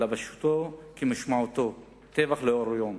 אלא, פשוטו כמשמעו, טבח לאור היום.